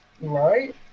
Right